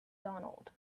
donald